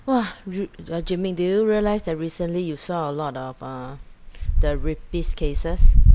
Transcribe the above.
!wah! ru~ uh ji min did you realise that recently you saw a lot of uh the rapist cases